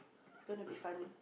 it's gonna be fun